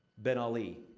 ben ali